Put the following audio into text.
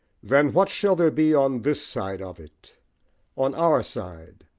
then what shall there be on this side of it on our side,